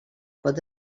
pot